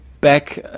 back